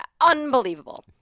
unbelievable